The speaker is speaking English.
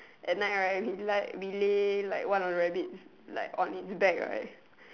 at night right he is like we lay like one of the rabbits like on it's back right